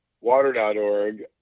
water.org